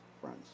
friends